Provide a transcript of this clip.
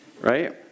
right